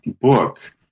book